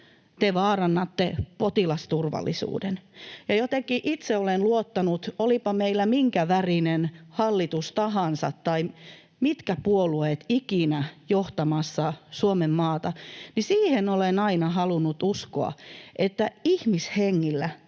Te vaarannatte potilasturvallisuuden. Jotenkin itse olen luottanut, olipa meillä minkä värinen hallitus tahansa tai mitkä puolueet ikinä johtamassa Suomenmaata — siihen olen aina halunnut uskoa — että ihmishengillä